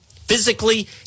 physically